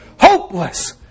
hopeless